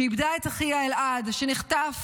שאיבדה את אחיה אלעד, שנחטף